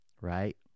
right